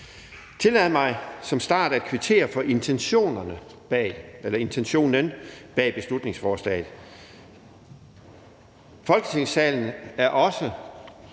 Tillad mig som start at kvittere for intentionen bag beslutningsforslaget. Folketingssalen er også